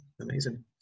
Amazing